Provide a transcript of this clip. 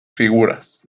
figuras